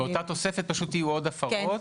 ‬‬‬‬ באותה תוספת פשוט יהיו עוד הפרות,